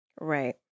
Right